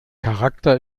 charakter